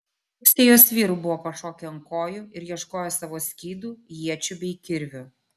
pusė jos vyrų buvo pašokę ant kojų ir ieškojo savo skydų iečių bei kirvių